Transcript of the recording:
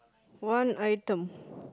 one item